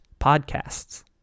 podcasts